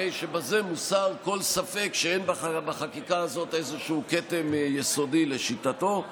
הרי שבזה מוסר כל ספק שאין בחקיקה הזאת איזשהו כתם יסודי לשיטתו,